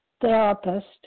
therapist